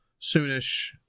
soonish